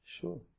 Sure